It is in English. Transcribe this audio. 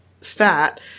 fat